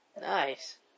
nice